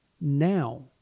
now